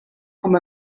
com